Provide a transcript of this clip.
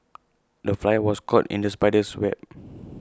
the fly was caught in the spider's web